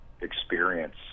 experience